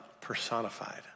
personified